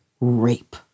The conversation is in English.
Rape